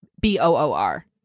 B-O-O-R